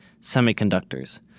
semiconductors